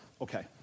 Okay